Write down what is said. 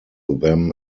them